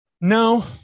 No